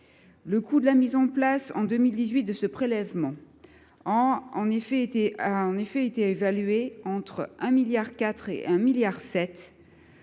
Le coût de la mise en place de ce prélèvement en 2018 a été évalué entre 1,4 milliard et 1,7 milliard